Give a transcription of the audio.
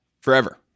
forever